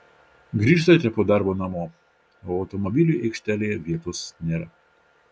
grįžtate po darbo namo o automobiliui aikštelėje vietos nėra